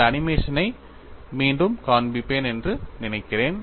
இந்த அனிமேஷனை மீண்டும் காண்பிப்பேன் என்று நினைக்கிறேன்